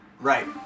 Right